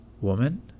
Woman